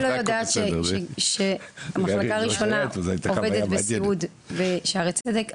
אני לא יודעת שהמחלקה הראשונה עובדת בסיעוד בשערי צדק,